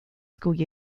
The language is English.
school